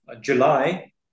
July